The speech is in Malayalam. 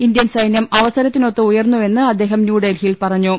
ഇന്ത്യൻ സൈന്യം അവസരത്തിനൊത്ത് ഉയർന്നു വെന്ന് അദ്ദേഹം ന്യൂഡൽഹിയിൽ പറഞ്ഞു